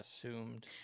assumed